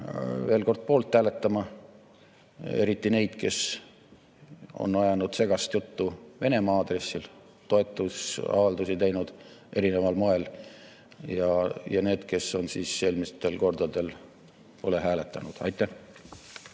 veel kord poolt hääletama, eriti neid, kes on ajanud segast juttu Venemaa aadressil, toetusavaldusi teinud erineval moel, ja neid, kes eelmistel kordadel pole hääletanud. Aitäh!